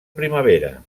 primavera